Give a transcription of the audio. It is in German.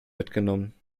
mitgenommen